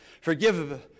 Forgive